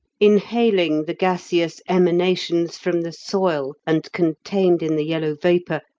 inhaling the gaseous emanations from the soil and contained in the yellow vapour,